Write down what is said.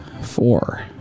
four